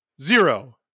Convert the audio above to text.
zero